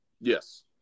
Yes